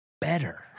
better